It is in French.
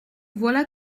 voilà